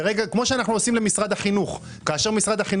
כפי שאנחנו עושים למשרד החינוך כאשר משרד החינוך